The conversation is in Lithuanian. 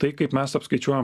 tai kaip mes apskaičiuojam